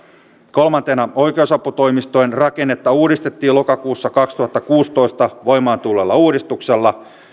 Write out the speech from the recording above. kolmantena oikeusaputoimistojen rakennetta uudistettiin jo lokakuussa kaksituhattakuusitoista voimaan tulleella uudistuksella